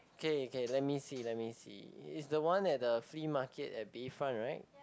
K K let me see let me see it the one at the free market at Bayfront right